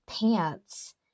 pants